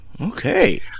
okay